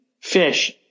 fish